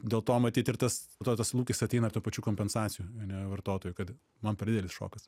dėl to matyt ir tas po to lūkestis ateina ir tų pačių kompensacijų ane vartotojų kad man per didelis šokas